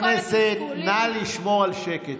חברי הכנסת, נא לשמור על שקט.